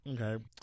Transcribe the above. Okay